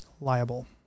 liable